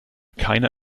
keine